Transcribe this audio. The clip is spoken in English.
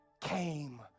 Came